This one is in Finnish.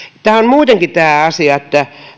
muutenkin tämä asia että